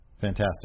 Fantastic